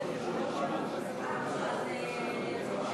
אז צריך לשנות את זה.